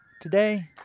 Today